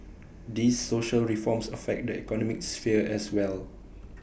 these social reforms affect the economic sphere as well